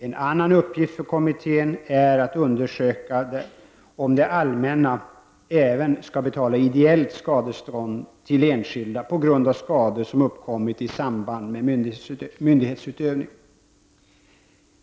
En annan uppgift för kommittén är att undersöka om det allmänna även skall betala ideellt skadestånd till enskilda på grund av skador som har uppkommit i samband med myndighetsutövning.